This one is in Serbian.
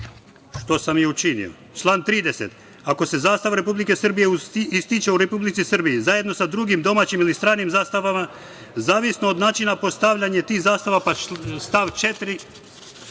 Što sam i učinio. Član 30. – ako se zastava Republike Srbije ističe u Republici Srbiji zajedno sa drugim domaćim ili stranim zastavama zavisno od načina postavljanja tih zastava., pa stav 4.